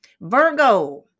Virgo